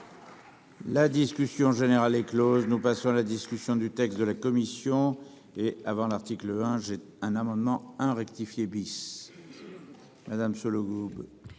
La discussion générale est Close, nous passons la discussion du texte de la commission et avant l'article hein, j'ai un amendement hein rectifier bis. Madame Sollogoub.